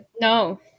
no